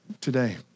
today